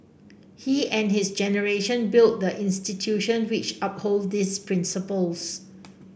he and his generation built the institution which uphold these principles